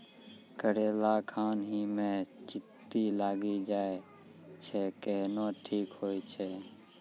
करेला खान ही मे चित्ती लागी जाए छै केहनो ठीक हो छ?